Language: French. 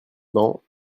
bancs